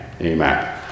amen